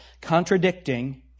contradicting